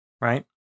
Right